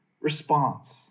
response